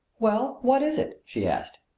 well, what is it? she asked.